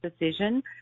decision